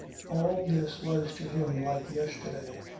all this was to him like yesterday,